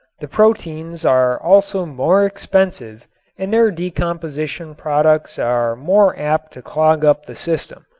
the proteins are also more expensive and their decomposition products are more apt to clog up the system.